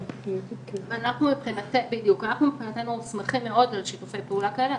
אנחנו מבחינתנו שמחים לראות עוד שיתופי פעולה כאלה.